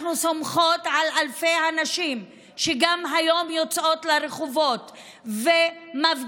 אנחנו סומכות על אלפי הנשים שגם היום יוצאות לרחובות ומפגינות,